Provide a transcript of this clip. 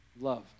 Love